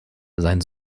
sein